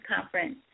Conference